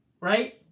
right